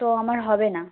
তো আমার হবে না